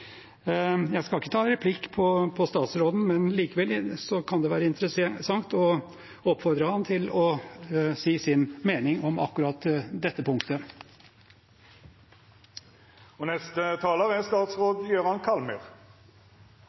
Jeg skal ikke ta replikk på statsråden, men likevel kan det være interessant å oppfordre ham til å si sin mening om akkurat dette punktet.